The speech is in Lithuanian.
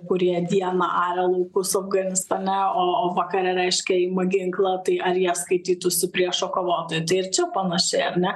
kurie dieną aria laukus afganistane o o vakare reiškia ima ginklą tai ar jie skaitytųsi priešo kovotojai tai ir čia panašiai ar ne